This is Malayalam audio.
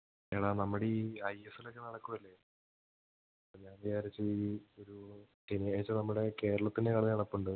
എടാ നമ്മുടെ ഈ ഐ എസ് ലൊക്കെ നടക്കുവല്ലേ ഞാൻ വിചാരിച്ചു ഈ ഒരു ശനിയാഴ്ച നമ്മുടെ കേരളത്തിൻ്റെ കളി നടപ്പുണ്ട്